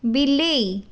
ବିଲେଇ